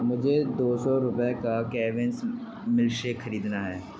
مجھے دو سو روپے کا کیونز ملک شیک خریدنا ہے